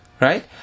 Right